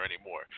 anymore